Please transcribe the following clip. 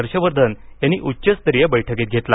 हर्ष वर्धन यांनी उच्चस्तरीय बैठकीत घेतला